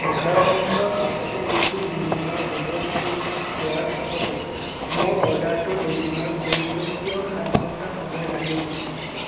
এঘাৰ মিনিটৰ পাছতে এইটো ডেলিভাৰ হ'ব বুলি মোক কোৱাৰ পাছতো মোৰ অৰ্ডাৰটো ডেলিভাৰ কৰিবলৈ কিয় সাত ঘণ্টা সময় লাগিল